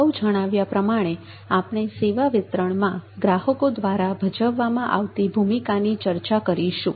અગાઉ જણાવ્યા પ્રમાણે આપણે સેવા વિતરણ માં ગ્રાહકો દ્વારા ભજવવામાં આવતી ભૂમિકાની ચર્ચા કરીશું